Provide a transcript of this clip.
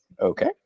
okay